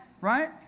Right